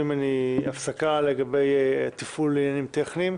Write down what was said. ממני הפסקה לגבי תפעול עניינים טכניים,